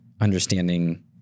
understanding